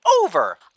over